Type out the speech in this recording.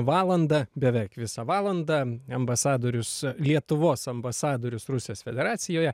valandą beveik visą valandą ambasadorius lietuvos ambasadorius rusijos federacijoje